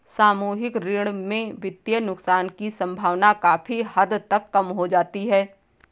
सामूहिक ऋण में वित्तीय नुकसान की सम्भावना काफी हद तक कम हो जाती है